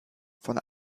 von